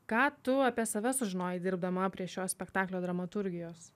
ką tu apie save sužinojai dirbdama prie šio spektaklio dramaturgijos